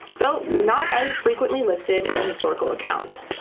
though not as frequently listed in historical accounts.